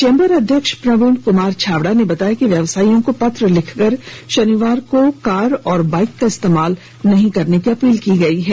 chamber अध्यक्ष प्रवीण जैन छाबड़ा ने बताया कि व्यवसायियों को पत्र लिखकर शनिवार को कार और बाइक का इस्तेमान नहीं करने की अपील की गई है